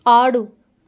ఆడు